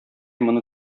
моны